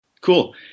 Cool